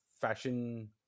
fashion